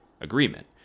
agreement